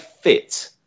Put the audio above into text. fit